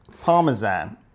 Parmesan